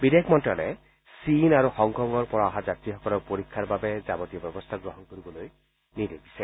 বিদেশ মন্ত্যালয়ে চীন আৰু হংকঙৰ পৰা অহা যাত্ৰীসকলৰ পৰীক্ষাৰ বাবে ততালিকে যাৱতীয় ব্যৱস্থা গ্ৰহণ কৰিবলৈ নিৰ্দেশ দিছে